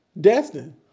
Destin